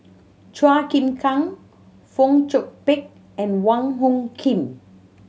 Chua Chim Kang Fong Chong Pik and Wong Hung Khim